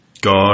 God